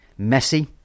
Messi